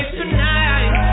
tonight